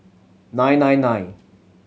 nine nine nine